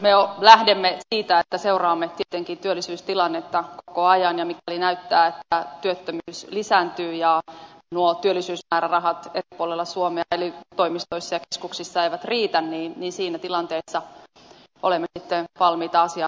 me lähdemme siitä että seuraamme tietenkin työllisyystilannetta koko ajan ja mikäli näyttää että työttömyys lisääntyy ja nuo työllisyysmäärärahat eri puolella suomea ely toimistoissa ja keskuksissa eivät riitä niin siinä tilanteessa olemme sitten valmiita asiaa tarkastelemaan